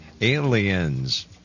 aliens